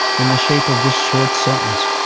in the shape of this short sentence,